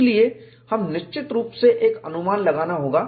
इसलिए हमें निश्चित रूप से एक अनुमान लगाना होगा